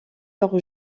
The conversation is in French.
leur